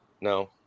No